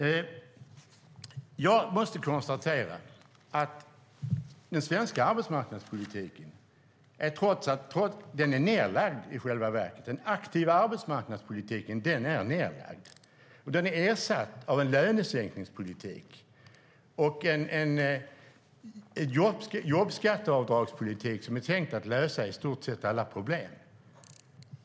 Jag måste konstatera att den svenska arbetsmarknadspolitiken i själva verket är nedlagd. Den aktiva arbetsmarknadspolitiken är nedlagd, och den är ersatt av en lönesänkningspolitik och en jobbskatteavdragspolitik, som är tänkt att lösa i stort sett alla problem.